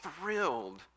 thrilled